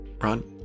Ron